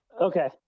Okay